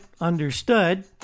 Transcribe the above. understood